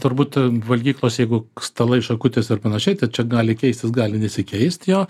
turbūt valgyklos jeigu stalai šakutės ir panašiai tai čia gali keistis gali nesikeist jo